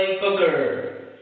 Booker